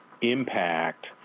impact